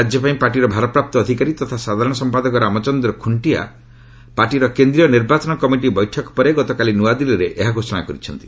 ରାଜ୍ୟ ପାଇଁ ପାର୍ଟିର ଭାରପ୍ରାପ୍ତ ଅଧିକାରୀ ତଥା ସାଧାରଣ ସମ୍ପାଦକ ରାମଚନ୍ଦ୍ର ଖୁଣ୍ଟିଆ ପାର୍ଟିର କେନ୍ଦ୍ରୀୟ ନିର୍ବାଚନ କମିଟି ବୈଠକ ପରେ ଗତକାଲି ନୂଆଦିଲ୍ଲୀରେ ଏହା ଘୋଷଣା କରିଛନ୍ତି